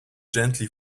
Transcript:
gently